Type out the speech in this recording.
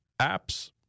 apps